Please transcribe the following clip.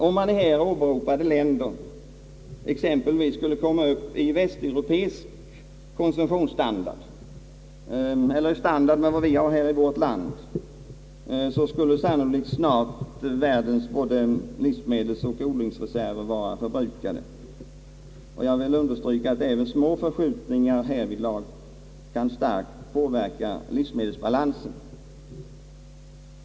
Om man i här åberopade länder exempelvis skulle komma upp i västeuropeisk konsumtionsstandard eller till en stan dard som vi har i vårt land skulle sannolikt snart världens livsmedelsoch odlingsreserver vara förbrukade. Jag vill understryka att även små förskjutningar härvidlag kan starkt påverka livsmedelsbalansen.